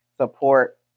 support